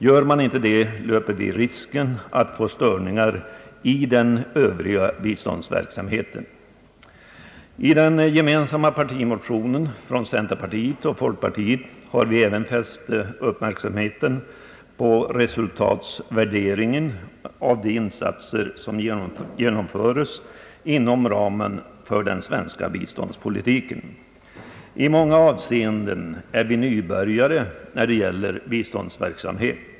Sker inte det, löper vi risken att få störningar i den övriga biståndsverksamheten. I den gemensamma partimotionen från centerpartiet och folkpartiet har vi även fäst uppmärksamheten på resultatvärderingen av de insatser som genomföres inom ramen för den svenska biståndspolitiken. I många avseenden är vi nybörjare när det gäller biståndsverksamhet.